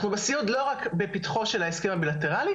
אנחנו בסיעוד לא רק בפתחו של ההסכם הבילטראלי,